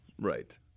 Right